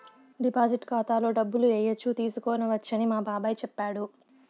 deposit ఖాతాలో డబ్బులు ఏయచ్చు తీసుకోవచ్చని మా బాబాయ్ చెప్పాడు